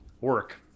work